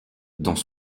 dans